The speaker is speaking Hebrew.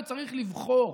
וצריך לבחור,